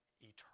eternal